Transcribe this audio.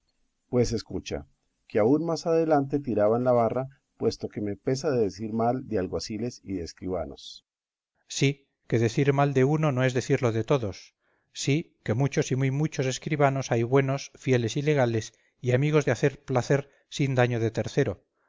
pues escucha que aún más adelante tiraban la barra puesto que me pesa de decir mal de alguaciles y de escribanos cipión sí que decir mal de uno no es decirlo de todos sí que muchos y muy muchos escribanos hay buenos fieles y legales y amigos de hacer placer sin daño de tercero